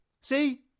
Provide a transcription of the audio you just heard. See